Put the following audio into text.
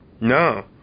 No